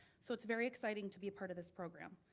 so it's very exciting to be a part of this program.